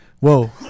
Whoa